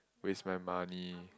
waste my money